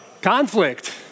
Conflict